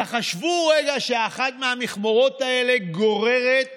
תחשבו רגע שאחת המכמורות האלה גוררת